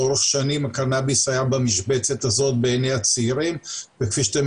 לאורך שנים הקנאביס היה במשבצת הזו בעיני הצעירים וכפי שאתם